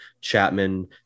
Chapman